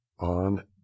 on